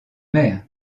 mer